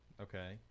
Okay